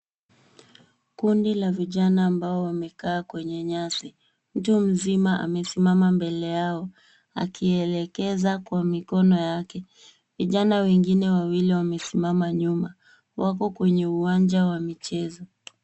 Kundi la vijana ambao wamekaa kwenye nyasi. Mtu mzima amesimama mbele yao akielekeza kwa mikono yake. Vijana wengine wawili wamesimama nyuma. Wako kwenye uwanja wa michezo.